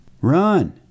Run